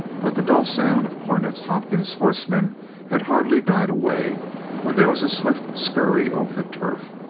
but the dull sound of cornet tompkins' horse men had hardly died away when there was a swift scurry over the turf,